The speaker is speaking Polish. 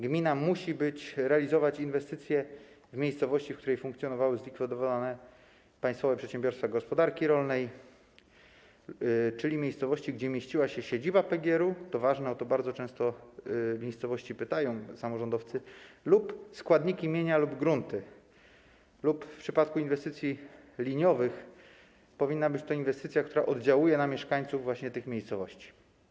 Gmina musi realizować inwestycje w miejscowości, w której funkcjonowały zlikwidowane Państwowe Przedsiębiorstwa Gospodarki Rolnej, czyli w miejscowości, gdzie mieściła się siedziba PGR-u - to ważne, o to bardzo często pytają samorządowcy - lub mieściły się składniki mienia lub grunty, lub, w przypadku inwestycji liniowych, to powinna być inwestycja, która oddziałuje na mieszkańców właśnie tych miejscowości.